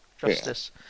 Justice